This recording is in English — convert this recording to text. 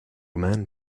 woman